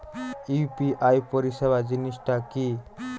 UPI পরিসেবা জিনিসটা কি?